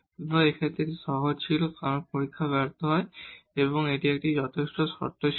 সুতরাং এই ক্ষেত্রে এটি সহজ ছিল কারণ পরীক্ষা ব্যর্থ হয় তাই এটি একটি যথেষ্ট শর্ত ছিল